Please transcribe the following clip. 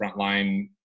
frontline